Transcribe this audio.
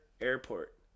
Airport